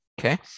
Okay